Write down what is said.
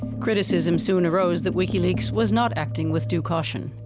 criticism soon arose that wikileaks was not acting with due caution.